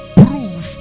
proof